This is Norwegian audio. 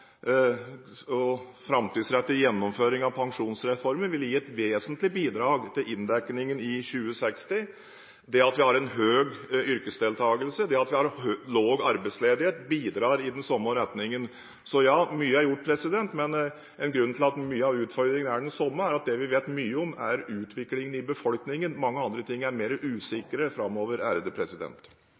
god og framtidsrettet gjennomføring av pensjonsreformen vil gi et vesentlig bidrag til inndekningen i 2060. Det at vi har høy yrkesdeltakelse og lav arbeidsledighet bidrar i den samme retningen. Ja, mye er gjort, men en av grunnene til at mye av utfordringen er den samme, er at det vi vet mye om, er utviklingen i befolkningen, mens mange andre ting er mer usikre framover.